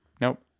Nope